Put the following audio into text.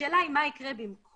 השאלה היא מה יקרה במקום.